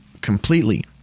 completely